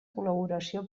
col·laboració